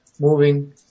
moving